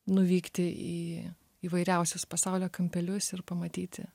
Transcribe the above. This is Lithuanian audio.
nuvykti į įvairiausius pasaulio kampelius ir pamatyti